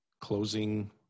closing